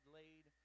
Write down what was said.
laid